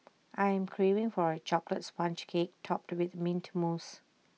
I am craving for A Chocolate Sponge Cake Topped with Mint Mousse